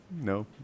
No